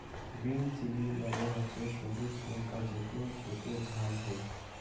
green chilli মানে হসে সবুজ লঙ্কা যেটো খেতে ঝাল হই